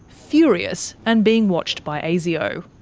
furious, and being watched by asio.